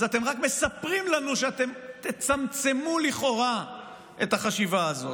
אז אתם רק מספרים לנו שתצמצמו לכאורה את החשיבה הזאת.